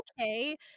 okay